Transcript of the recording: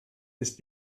ist